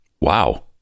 Wow